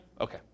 Okay